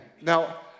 Now